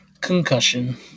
concussion